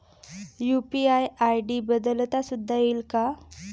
UPI ID बदलता सुद्धा येईल का?